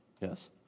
Yes